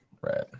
right